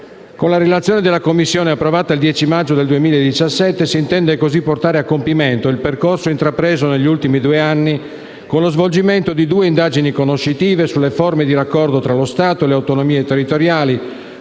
Con la relazione della Commissione, approvata il 10 maggio 2017, si intende così portare a compimento il percorso intrapreso negli ultimi due anni con lo svolgimento di due indagini conoscitive sulle forme di raccordo tra lo Stato e le autonomie territoriali,